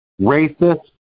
racist